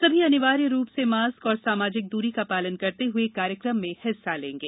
सभी अनिवार्य रूप से मास्क और सामाजिक दूरी का पालन करते हुए कार्यक्रम में हिस्सा लेंगे